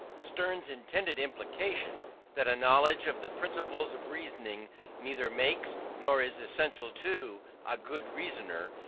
sterne's intended implication that a knowledge of the principles of reasoning neither makes, nor is essential to, a good reasoner,